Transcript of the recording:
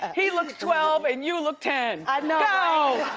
he looks twelve and you look ten. i know!